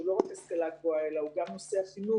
שהוא לא רק השכלה גבוהה אלא גם נושא החינוך,